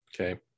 Okay